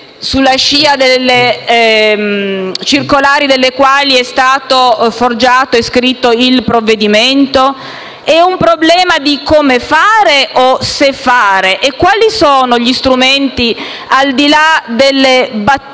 sulla base delle quali è stato forgiato e scritto il provvedimento. È un problema di come fare o se fare? Quali sono gli strumenti, al di là delle battute